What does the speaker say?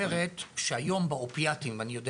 זאת אומרת שהיום באופיאטים אני יודע